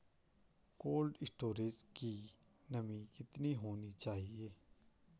Cold storage की नमी कितनी होनी चाहिए?